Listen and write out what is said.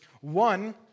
One